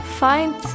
find